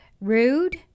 rude